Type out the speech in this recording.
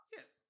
Yes